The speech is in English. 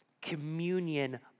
Communion